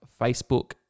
Facebook